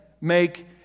make